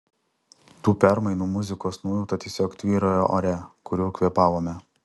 tų permainų muzikos nuojauta tiesiog tvyrojo ore kuriuo kvėpavome